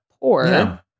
Poor